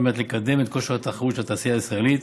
על מנת לקדם את כושר התחרות של התעשייה הישראלית,